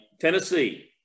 Tennessee